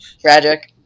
Tragic